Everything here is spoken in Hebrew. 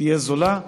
תהיה זולה.